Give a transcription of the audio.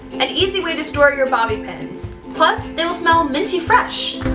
an easy way to store your bobby pins! plus, they will smell minty fresh!